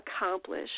accomplish